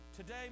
Today